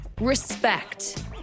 Respect